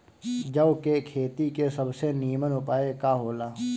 जौ के खेती के सबसे नीमन उपाय का हो ला?